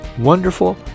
wonderful